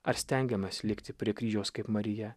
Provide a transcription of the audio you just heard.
ar stengiamasi likti prie kryžiaus kaip marija